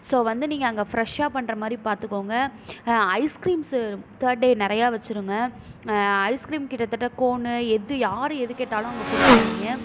so வந்து நீங்கள் அங்கே ஃப்ரெஷ்ஷாக பண்ணுற மாதிரி பார்த்துக்கோங்க ஐஸ்கிரீம்ஸு தேர்ட் டே நிறையா வெச்சுருங்க ஐஸ்கிரீம் கிட்டத்தட்ட கோனு எது யார் எது கேட்டாலும் அங்கே கொடுக்குணும் நீங்கள்